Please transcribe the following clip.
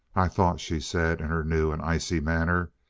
i thought, she said in her new and icy manner,